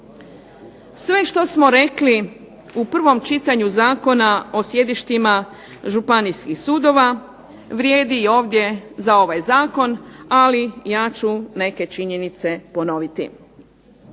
Sve što smo rekli u prvom čitanju Zakona o sjedištima županijskih sudova vrijedi i ovdje za ovaj zakon, ali ja ću neke činjenice ponoviti.